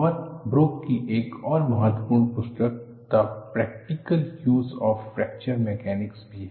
और ब्रोक की एक और महत्वपूर्ण पुस्तक the practical use of fracture mechanics भी है